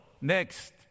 next